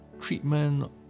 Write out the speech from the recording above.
treatment